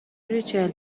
ریچل